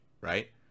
right